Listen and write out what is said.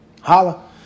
Holla